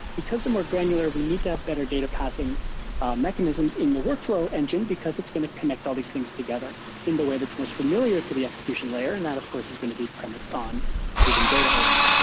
because the more granular we need to have better data passing mechanisms in the workflow engine because it's going to connect all these things together in the way that's most familiar to the execution layer, and that of course is going to be premised on moving data around.